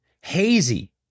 Hazy